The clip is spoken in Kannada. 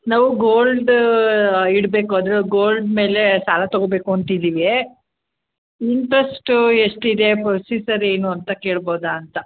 ನಾವು ಗೋಲ್ಡ್ ಇಡಬೇಕು ಅದು ಗೋಲ್ಡ್ ಮೇಲೆ ಸಾಲ ತೊಗೊಬೇಕು ಅಂತಿದ್ದೀವಿ ಇಂಟ್ರೆಸ್ಟು ಎಷ್ಟಿದೆ ಪ್ರೊಸಿಜರ್ ಏನು ಅಂತ ಕೇಳ್ಬೋದಾ ಅಂತ